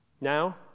Now